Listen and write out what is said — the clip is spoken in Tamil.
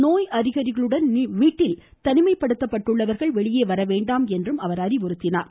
நோய் அறிகுறிகளுடன் வீட்டில் தனிமைப்படுத்தப்பட்டுள்ளவர்கள் வெளியே வரவேண்டாம் என்று அவர் அறிவுறுத்தியுள்ளார்